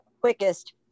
quickest